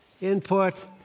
input